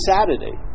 Saturday